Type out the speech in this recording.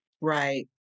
Right